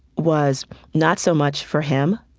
was not so much for him,